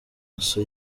maso